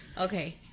okay